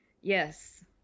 Yes